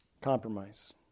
Compromise